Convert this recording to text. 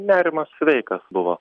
nerimas sveikas buvo